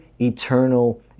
eternal